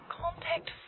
contact